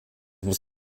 muss